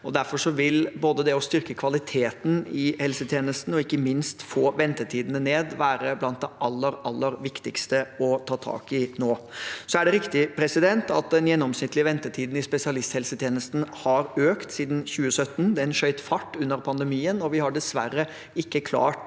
Derfor vil både det å styrke kvaliteten i helsetjenesten og ikke minst få ventetidene ned være blant det aller, aller viktigste å ta tak i nå. Det er riktig at den gjennomsnittlige ventetiden i spesialisthelsetjenesten har økt siden 2017. Den skjøt fart under pandemien, og vi har dessverre ikke klart